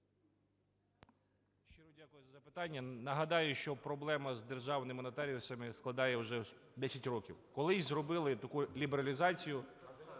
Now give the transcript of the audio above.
10:31:06 ПЕТРЕНКО П.Д. Нагадаю, що проблема з державними нотаріусами складає вже 10 років. Колись зробили таку лібералізацію,